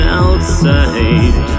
outside